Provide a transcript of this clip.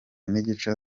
n’igice